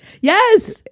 Yes